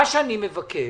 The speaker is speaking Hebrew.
מה שאני מבקש,